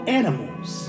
animals